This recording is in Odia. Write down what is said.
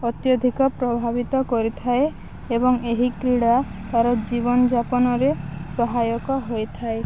ଅତ୍ୟଧିକ ପ୍ରଭାବିତ କରିଥାଏ ଏବଂ ଏହି କ୍ରୀଡ଼ା ତାର ଜୀବନଯାପନରେ ସହାୟକ ହୋଇଥାଏ